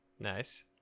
Nice